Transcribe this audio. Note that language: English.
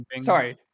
Sorry